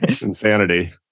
Insanity